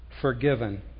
forgiven